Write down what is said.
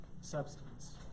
Substance